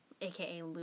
AKA